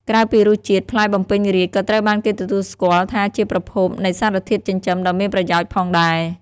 ក្រៅពីរសជាតិ ផ្លែបំពេញរាជ្យក៏ត្រូវបានគេទទួលស្គាល់ថាជាប្រភពនៃសារធាតុចិញ្ចឹមដ៏មានប្រយោជន៍ផងដែរ។